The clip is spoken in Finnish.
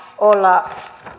olla